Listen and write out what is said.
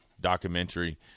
documentary